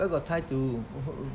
where got time to